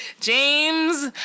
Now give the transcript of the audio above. James